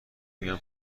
میگن